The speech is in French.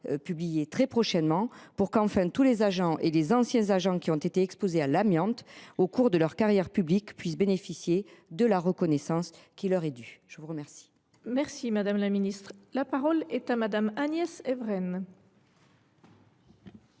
publié très prochainement pour qu’enfin tous les agents et les anciens agents qui ont été exposés à l’amiante au cours de leur carrière publique puissent bénéficier de la reconnaissance qui leur est due. La parole est à Mme Agnès Evren,